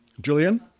Julian